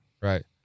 Right